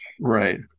Right